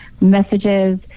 messages